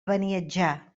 beniatjar